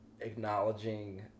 acknowledging